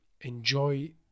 enjoy